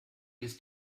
ist